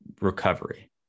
recovery